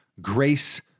grace